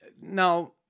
Now